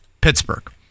Pittsburgh